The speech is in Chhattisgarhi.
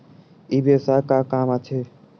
ई व्यवसाय का काम आथे?